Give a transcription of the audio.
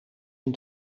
een